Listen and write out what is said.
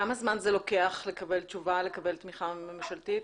כמה זמן זה לוקח לקבל תשובה לקבל תמיכה ממשלתית,